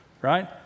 right